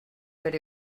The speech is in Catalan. per